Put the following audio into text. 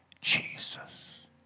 Jesus